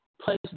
place